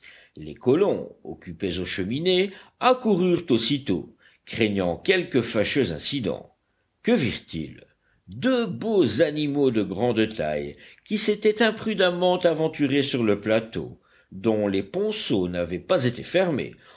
les colons occupés aux cheminées accoururent aussitôt craignant quelque fâcheux incident que virent ils deux beaux animaux de grande taille qui s'étaient imprudemment aventurés sur le plateau dont les ponceaux n'avaient pas été fermés